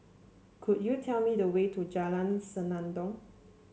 could you tell me the way to Jalan Senandong